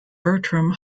bertram